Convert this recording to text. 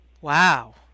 Wow